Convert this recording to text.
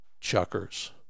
chuckers